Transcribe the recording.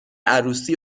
عروسی